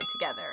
together